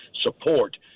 support